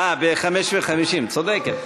אה, ב-05:50, צודקת.